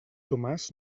tomàs